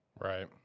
Right